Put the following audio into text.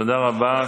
תודה רבה.